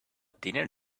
dinner